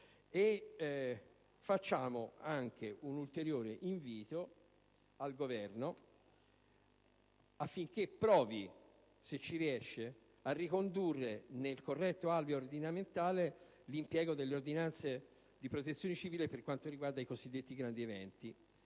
rivolgiamo anche un ulteriore invito al Governo affinché provi, se ci riesce, a ricondurre nel corretto alveo ordinamentale l'impiego delle ordinanze di protezione civile per quanto riguarda i cosiddetti grandi eventi,